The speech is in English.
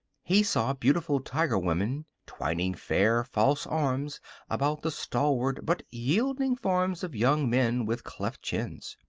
he saw beautiful tiger-women twining fair, false arms about the stalwart but yielding forms of young men with cleft chins.